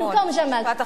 משפט אחרון.